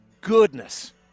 goodness